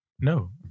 No